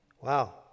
Wow